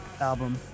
Album